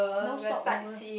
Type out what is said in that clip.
no stopovers